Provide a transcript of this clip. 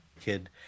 kid